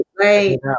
right